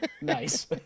nice